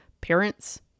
parents